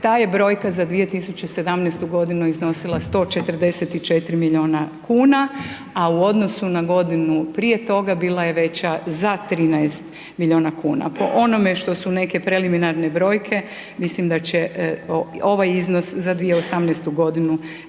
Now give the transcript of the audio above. ta je brojka za 2017. godinu iznosila 144 milijuna kuna, a u odnosu na godinu prije toga, bila je veća za 13 milijuna kuna. Po onome što su neke preliminarne brojke, mislim da će ovaj iznos za 2018. g.